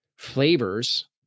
flavors